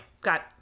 got